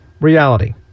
Reality